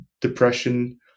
depression